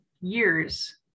years